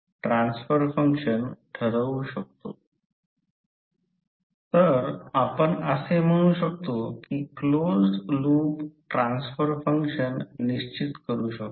तर हा पद्धतीने सर्किट काढू शकतो आपण एक किंवा दोन प्रॉब्लेम्स या प्रकारच्या सर्किटचा वापर करून कसे सोडवायचे हे देखील पाहू शकतो